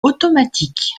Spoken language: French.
automatique